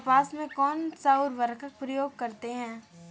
कपास में कौनसा उर्वरक प्रयोग करते हैं?